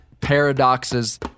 paradoxes